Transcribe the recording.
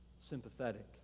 sympathetic